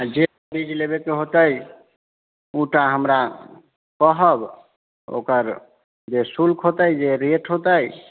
आओर जे भी बीज लेबैके होतै उ टा हमरा कहब ओकर जे शुल्क होतै जे रेट होतै